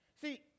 See